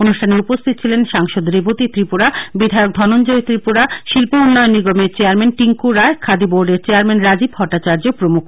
অনুষ্ঠানে উপস্হিত ছিলেন সাংসদ রেবতী ত্রিপুরা বিধায়ক ধনঞ্জয় ত্রিপুরা শিল্প উল্লয়ণ নিগমের চেয়ারম্যান টিংকু রায় খাদি বোর্ডের চেয়ারম্যান রাজীব ভট্টাচার্য্য প্রমুখ